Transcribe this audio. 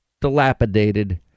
dilapidated